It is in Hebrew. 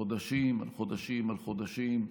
חודשים על חודשים על חודשים,